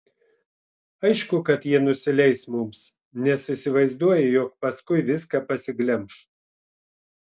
aišku kad jie nusileis mums nes įsivaizduoja jog paskui viską pasiglemš